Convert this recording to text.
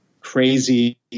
crazy